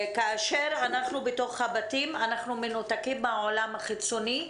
שכאשר אנחנו בתוך הבתים אנחנו מנותקים מהעולם החיצוני.